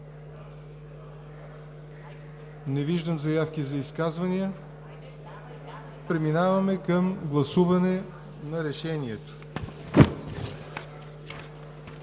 Не виждам заявки за изказвания. Преминаваме към гласуване на наименованието